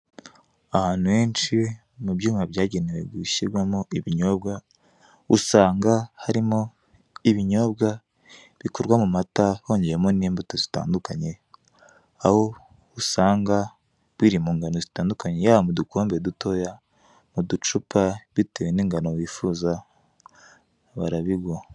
Ahantu henshi mu byuma byagenewe gushyirwamo ibinyobwa usanga harimo ibinyobwa bikorwa mu mata hongewemo n'imbuto zitandukanye, aho usanga biri mu ngano zitandukanye yaba mu dukombe dutoya ducupa bitewe n'ingano wifuza barabiguha.